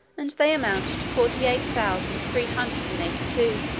and they amount to forty-eight thousand three hundred and eighty-two.